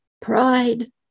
pride